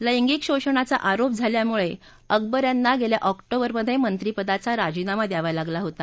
लैंगिक शोषणाचा आरोप झाल्यामुळं अकबर यांना गेल्या ऑक्टोबर मधे मंत्रिपदाचा राजीनामा द्यावा लागला होता